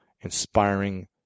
inspiring